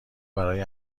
برای